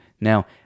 Now